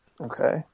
Okay